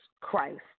Christ